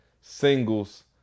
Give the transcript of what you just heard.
singles